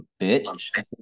bitch